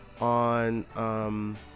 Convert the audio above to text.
on